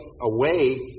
away